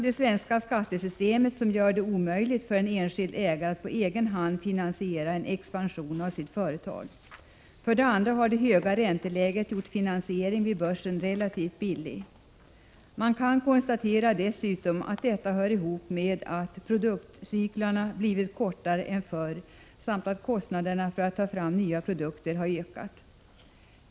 Det svenska skattesystemet gör det för det första omöjligt för en enskild ägare att på egen hand finansiera en expansion av sitt företag. För det aridra har det höga ränteläget gjort finansiering vid börsen relativt billig. Man kan dessutom konstatera att detta hör ihop med att produktcyklarna blivit kortare än förr samt att kostnaderna för att ta fram nya produkter har ökat.